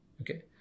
okay